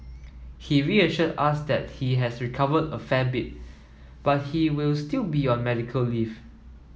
he reassured us that he has recovered a fair bit but he will still be on medical leave